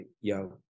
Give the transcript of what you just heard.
yo